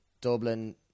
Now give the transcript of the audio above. Dublin